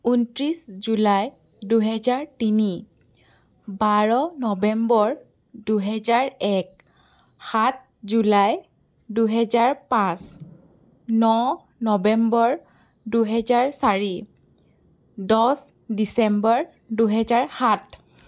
ঊনত্ৰিছ জুলাই দুহেজাৰ তিনি বাৰ নৱেম্বৰ দুহেজাৰ এক সাত জুলাই দুহেজাৰ পাঁচ ন নৱেম্বৰ দুহেজাৰ চাৰি দহ ডিচেম্বৰ দুহেজাৰ সাত